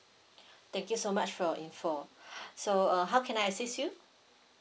thank you so much for your info so uh how can I assist you